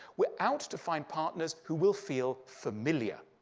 we're out to find partners who will feel familiar.